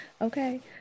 okay